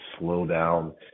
slowdown